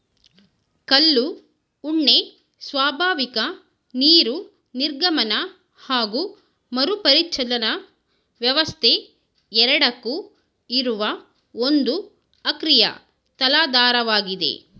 ಕಲ್ಲು ಉಣ್ಣೆ ಸ್ವಾಭಾವಿಕ ನೀರು ನಿರ್ಗಮನ ಹಾಗು ಮರುಪರಿಚಲನಾ ವ್ಯವಸ್ಥೆ ಎರಡಕ್ಕೂ ಇರುವ ಒಂದು ಅಕ್ರಿಯ ತಲಾಧಾರವಾಗಿದೆ